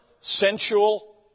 sensual